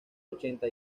ochenta